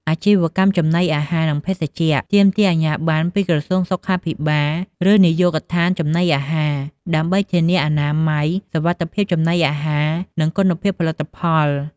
អាជីវកម្មចំណីអាហារ និងភេសជ្ជៈ ទាមទារអាជ្ញាប័ណ្ណពីក្រសួងសុខាភិបាល ឬនាយកដ្ឋានចំណីអាហារ ដើម្បីធានាអនាម័យ សុវត្ថិភាពចំណីអាហារ និងគុណភាពផលិតផល។